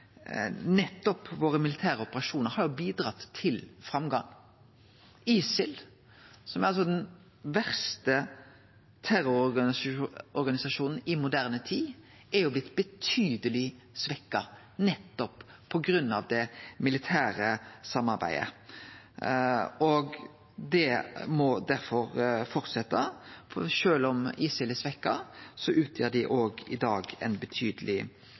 nettopp våre militære operasjonar har bidratt til framgang. ISIL, som altså er den verste terrororganisasjonen i moderne tid, er jo blitt betydeleg svekt nettopp på grunn av det militære samarbeidet. Det må derfor fortsetje, for sjølv om ISIL er svekt, utgjer dei òg i dag ein betydeleg